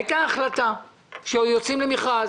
הייתה החלטה שיוצאים למכרז.